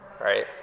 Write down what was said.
right